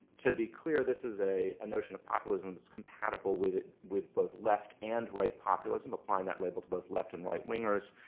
to be clear, this is a ah notion of populism that's compatible with with both left and right populism, applying that label to both left and right wingers,